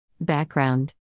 Background